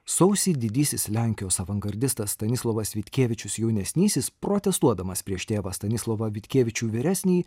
sausį didysis lenkijos avangardistas stanislovas vitkevičius jaunesnysis protestuodamas prieš tėvą stanislovą vitkevičių vyresnįjį